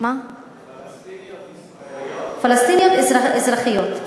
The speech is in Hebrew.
פלסטיניות ישראליות?